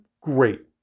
great